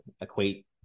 equate